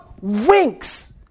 winks